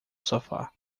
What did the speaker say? sofá